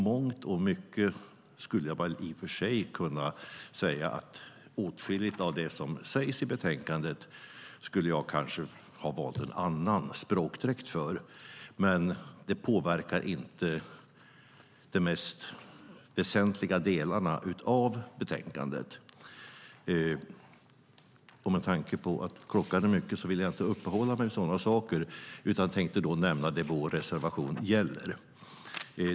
Jag skulle väl i och för sig kunna säga att åtskilligt av det som sägs i betänkandet skulle jag ha valt en annan språkdräkt för, men det påverkar inte de mest väsentliga delarna av betänkandet. Med tanke på att klockan är mycket vill jag inte uppehålla mig vid sådana saker, utan jag tänkte nämna det som vår reservation gäller.